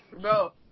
Bro